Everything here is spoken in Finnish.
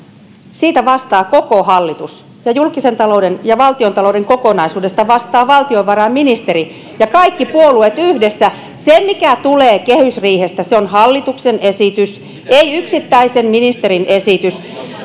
vastaa koko hallitus ja julkisen talouden ja valtiontalouden kokonaisuudesta vastaa valtiovarainministeri ja kaikki puolueet yhdessä se mikä tulee kehysriihestä on hallituksen esitys ei yksittäisen ministerin esitys